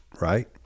right